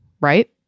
right